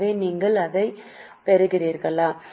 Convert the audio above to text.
எனவே நீங்கள் அதைப் பெறுகிறீர்களா